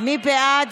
מי בעד?